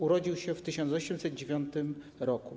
Urodził się w 1809 r.